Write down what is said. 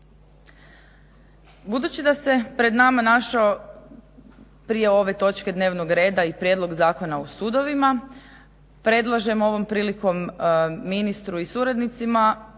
Budući da se pred nama našao prije ove točke dnevnog reda i prijedlog Zakona o sudovima, predlažem ovom prilikom ministru i suradnicima